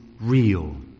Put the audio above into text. real